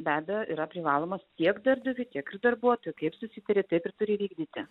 be abejo yra privalomos tiek darbdaviui tiek ir darbuotojui kaip susitarė taip ir turi vykdyti